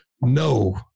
no